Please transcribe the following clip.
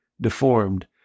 deformed